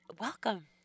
welcome